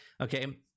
okay